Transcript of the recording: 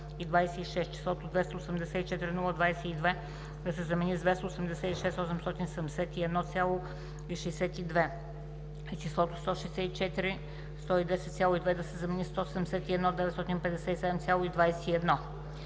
959,26“, числото „284 022,0“ да се замени с „286 871,62“ и числото „164 110,2“ да се замени с „171 957,21“.